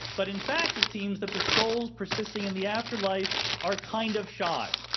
but in fact, it seems that the souls persisting in the afterlife are kind of shy.